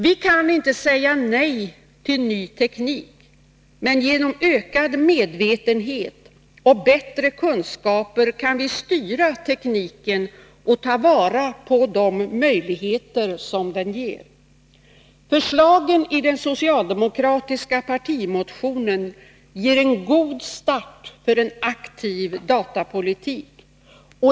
Vi kan inte säga nej till ny teknik, men genom ökad medvetenhet och bättre kunskaper kan vi styra tekniken och ta vara på de möjligheter som den ger. Förslagen i den socialdemokratiska partimotionen ger en god start för en aktiv datapolitik.